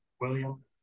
William